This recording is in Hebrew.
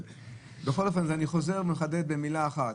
אני חוזר ומחדד במילה אחת,